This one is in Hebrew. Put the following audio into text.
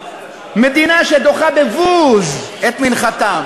מדינה שדוחה בבוז את מנחתם,